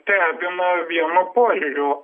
stebina vienu požiūriu